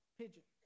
pigeon